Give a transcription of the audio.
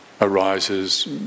arises